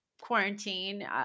quarantine